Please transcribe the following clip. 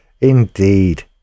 indeed